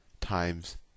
times